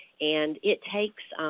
and it takes